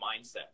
mindset